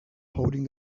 holding